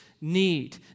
need